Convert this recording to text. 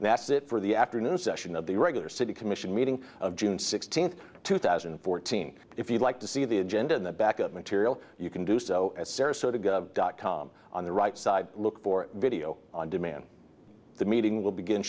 and that's it for the afternoon session of the regular city commission meeting of june sixteenth two thousand and fourteen if you'd like to see the agenda in the back of material you can do so as sarasota go dot com on the right side look for video on demand the meeting will begin